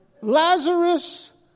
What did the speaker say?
Lazarus